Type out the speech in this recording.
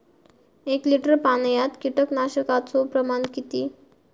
एक लिटर पाणयात कीटकनाशकाचो प्रमाण किती?